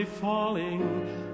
falling